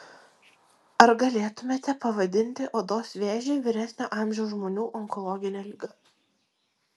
ar galėtumėte pavadinti odos vėžį vyresnio amžiaus žmonių onkologine liga